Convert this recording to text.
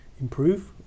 improve